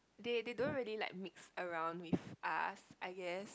they they don't really like mix around with us I guess